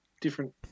different